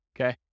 Okay